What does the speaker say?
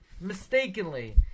mistakenly